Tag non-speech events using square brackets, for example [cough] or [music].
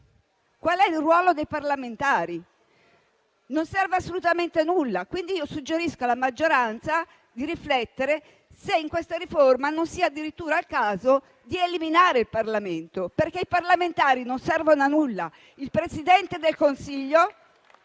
Qual è il ruolo dei parlamentari? Non serve assolutamente a nulla, quindi suggerisco alla maggioranza di riflettere se in questa riforma non sia addirittura il caso di eliminarlo, il Parlamento, perché i parlamentari non serviranno a nulla. [applause] Il Presidente del Consiglio